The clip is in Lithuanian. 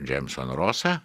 džeimson rosą